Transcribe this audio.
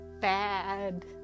bad